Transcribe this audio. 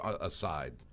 aside